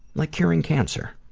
like curing cancer.